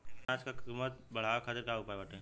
अनाज क कीमत बढ़ावे खातिर का उपाय बाटे?